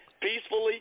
peacefully